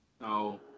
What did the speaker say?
no